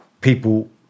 people